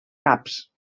caps